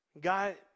God